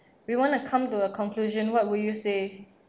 we want to come to a conclusion what will you say